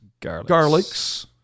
garlics